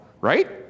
right